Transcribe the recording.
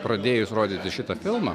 pradėjus rodyti šitą filmą